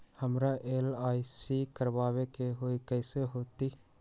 हमरा एल.आई.सी करवावे के हई कैसे होतई?